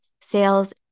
sales